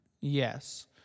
Yes